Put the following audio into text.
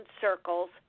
circles